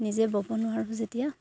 নিজে ব'ব নোৱাৰোঁ যেতিয়া